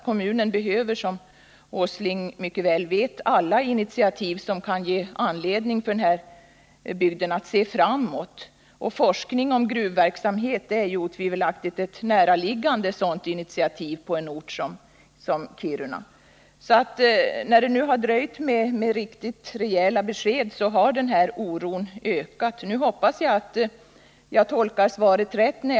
Kommunen behöver, som herr Åsling mycket väl vet, alla initiativ för att den skall kunna se framtiden an med tillförsikt. Forskning om gruvverksamhet är otvivelaktigt ett närliggande initiativ när det gäller en ort som Kiruna. När det nu har dröjt med riktigt rejäla besked har oron ökat. Då jag nu utgår ifrån att Kiruna får projektet hoppas jag att jag tolkar svaret riktigt.